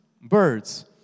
birds